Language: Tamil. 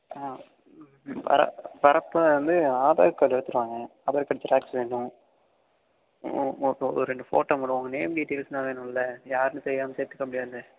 ஆ வர வரப்போது வந்து ஆதார் கார்டு எடுத்துகிட்டு வாங்க ஆதார் கார்ட் ஜெராக்ஸ் வேணும் ஒரு ரெண்டு ஃபோட்டோ உங்களோடய உங்கள் நேம் டீட்டெயில்ஸெலாம் வேணுமில யாருன்னு தெரியாமல் சேர்த்துக்க முடியாதில